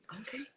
Okay